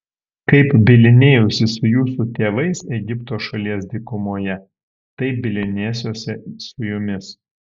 kaip bylinėjausi su jūsų tėvais egipto šalies dykumoje taip bylinėsiuosi su jumis